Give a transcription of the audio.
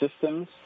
systems